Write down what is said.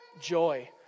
joy